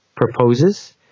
proposes